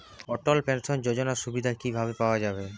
অটল pension যোজনার সুবিধা কি ভাবে পাওয়া যাবে?